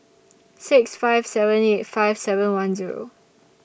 six five seven eight five seven one Zero